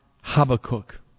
Habakkuk